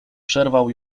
przerwał